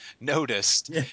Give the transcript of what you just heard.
noticed